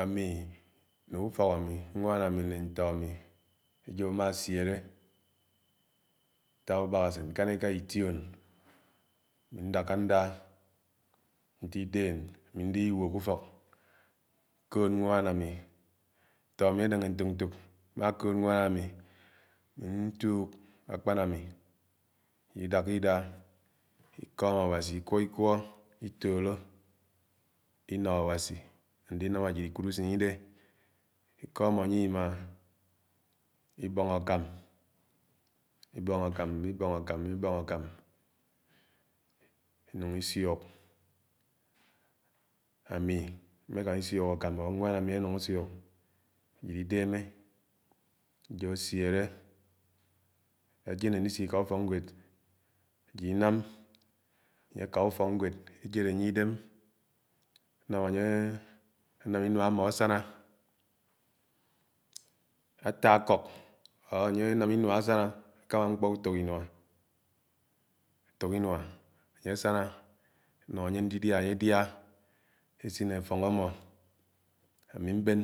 àmi nè u̇fọ́k àmi nwán aḿi né ntọ ámi ajo amasiere ata ùbákusèn nkàniká ition ami ñdákándá nte idén àmi ñdèhè iwuo ké ùfọ̀k, nkóod nwàn ami, ntọ̀ ami èdènge ñtok tok, mma kóod ñwan ámi ñtuūk àkpán ámi ìdákàdá, ikọ́m Awasi, ikwọ́ ikwọ́ itóró inó Awasi àndinám àjid ikùd ùsén idéhi ikém ánye imaá, ibóng àkam, ibóng àkàm ibóng àkám, inung ìsiok. Ámi mékèmé isiók ànám or ñwañ àmi anung àsiók ajid idámě ejo àsiere, ajén ànisi-ìká ùfọ́kñwed, ajid inám ánye àká ùfọ́kñwéd ejéd ánuye idém, enám inuá amó asàná, ata ákọk or ànám inúa ámó asànà àkàmà mkpò ùtúk inuá àtúk inuá ánye àsáná ánó ánye ñdidiá ánye, àdiá, esiñ afón amò ámi mbén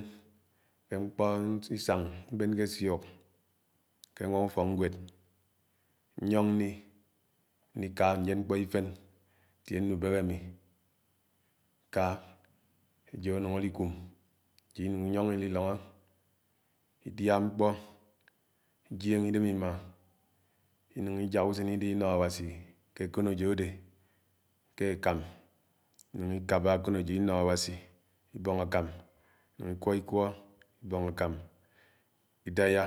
ké mkpóìsáng mbén nkésiok ke ànẃa-ufoknwéd nyóng nei, nika njen mkpó ifén iteie nubéke áme nkak ejó ánúng alikúm inyuñg ililoñg idiá mkpó, ijiène idém imáá nnúng iják usén adé inó Awasi ke àkóné adé ké àkám inúng òkábá akinèjọ́ inno Awasi ké àkàm inung ìkẃọ Ikẃọ ibóng akam idàyá.